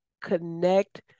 connect